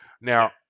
Now